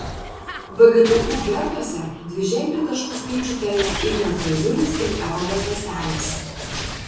vgtu gertose dviženklį taškų skaičių pelnė ignas braziulis ir evaldas rastenis